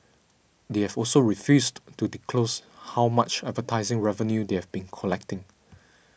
they have also refused to disclose how much advertising revenue they have been collecting